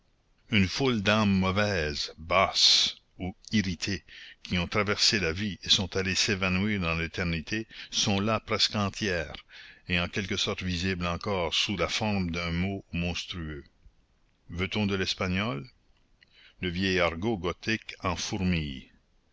une foule d'âmes mauvaises basses ou irritées qui ont traversé la vie et sont allées s'évanouir dans l'éternité sont là presque entières et en quelque sorte visibles encore sous la forme d'un mot monstrueux veut-on de l'espagnol le vieil argot gothique en fourmille